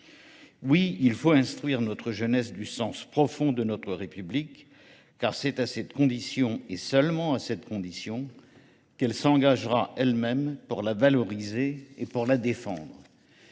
Oui, il faut instruire notre jeunesse du sens profond de notre République, car c'est à cette condition et seulement à cette condition qu'elle s'engagera elle-même pour la valoriser et pour la défendre.